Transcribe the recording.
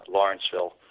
Lawrenceville